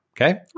okay